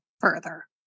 further